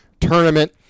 tournament